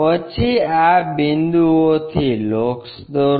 પછી આ બિંદુઓથી લોકસ દોરો